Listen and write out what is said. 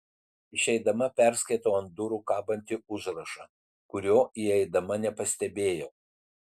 išeidama perskaitau ant durų kabantį užrašą kurio įeidama nepastebėjau